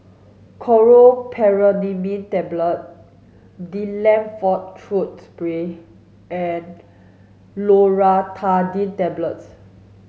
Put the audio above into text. Chlorpheniramine Tablet Difflam Forte Throat Spray and Loratadine Tablets